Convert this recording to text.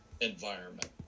environment